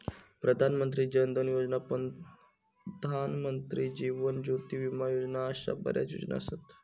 प्रधान मंत्री जन धन योजना, प्रधानमंत्री जीवन ज्योती विमा योजना अशा बऱ्याच योजना असत